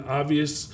obvious